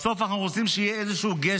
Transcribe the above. בסוף אנחנו רוצים שיהיה גשר,